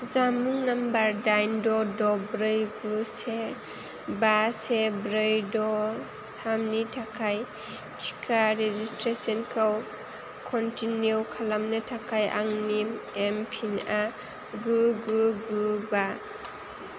जानबुं नम्बर दाइन द' द' ब्रै गु से बा से ब्रै द' थाम नि थाखाय टिका रेजिसट्रेसनखौ कनटिनिउ खालामनो थाखाय आंनि एमपिनआ गु गु गु बा